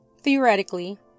Theoretically